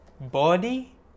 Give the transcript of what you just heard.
Body